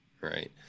Right